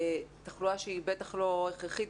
תחלואה שהיא בטח לא הכרחית,